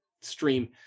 stream